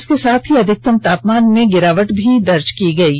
इसके साथ ही अधिकतम तापमान में गिरावट भी दर्ज की गई है